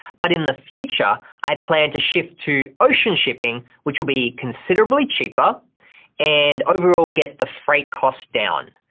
but in the future, i plan to shift to ocean shipping, which will be considerably cheaper and overall get the freight costs down.